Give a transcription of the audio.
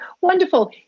wonderful